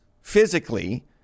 physically